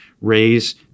raise